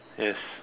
yes